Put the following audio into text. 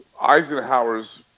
Eisenhower's